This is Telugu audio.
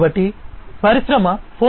కాబట్టి పరిశ్రమ 4